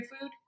food